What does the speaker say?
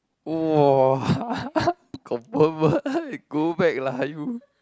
!wah! confirm ah go back lah you